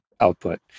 output